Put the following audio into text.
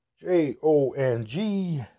J-O-N-G